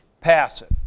passive